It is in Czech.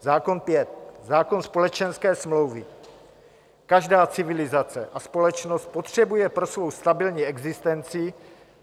Zákon pět zákon společenské smlouvy: Každá civilizace a společnost potřebuje pro svou stabilní existenci